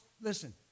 listen